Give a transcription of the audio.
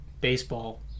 baseball